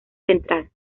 central